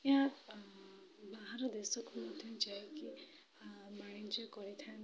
ଏହା ବାହାର ଦେଶକୁ ମଧ୍ୟ ଯାଇକି ଆ ବାଣିଜ୍ୟ କରିଥାନ୍ତି